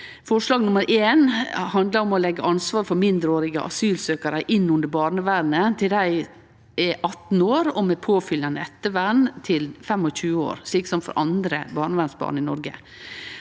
Forslag nr. 1 handlar om å leggje ansvaret for mindreårige asylsøkjarar inn under barnevernet til dei er 18 år, og med påfølgjande ettervern til 25 år, slik som for andre barnevernsbarn i Noreg.